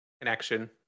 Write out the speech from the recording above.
Connection